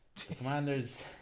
Commanders